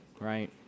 right